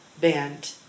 band